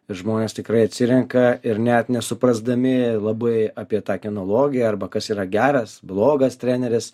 ir žmonės tikrai atsirenka ir net nesuprasdami labai apie tą kinologiją arba kas yra geras blogas treneris